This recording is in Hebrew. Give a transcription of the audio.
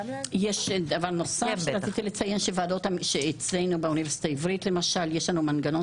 דבר נוסף שרציתי לציין שאצלנו באוניברסיטה העברית יש מנגנון